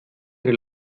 ihre